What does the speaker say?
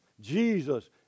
Jesus